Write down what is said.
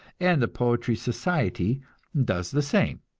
and the poetry society does the same.